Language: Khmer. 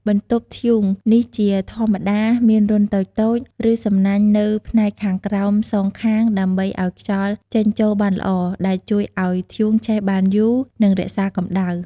បន្ទប់ធ្យូង នេះជាធម្មតាមានរន្ធតូចៗ ឬសំណាញ់នៅផ្នែកខាងក្រោមសងខាង ដើម្បីឱ្យខ្យល់ចេញចូលបានល្អ ដែលជួយឱ្យធ្យូងឆេះបានយូរ និងរក្សាកម្ដៅ។